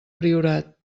priorat